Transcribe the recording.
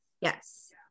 yes